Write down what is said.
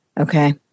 Okay